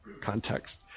context